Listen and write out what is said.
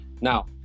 Now